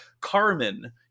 Carmen